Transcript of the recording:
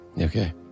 Okay